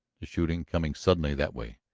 the shooting, coming suddenly that way.